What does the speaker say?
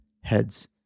heads